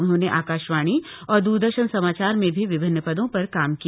उन्होंने आकाशवाणी और द्रदर्शन समाचार में भी विभिन्न पदों पर काम किया